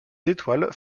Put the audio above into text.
étoiles